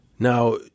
Now